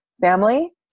family